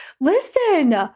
Listen